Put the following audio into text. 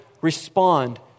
Respond